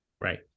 Right